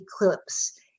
eclipse